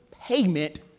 payment